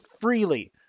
freely